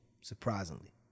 surprisingly